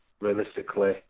realistically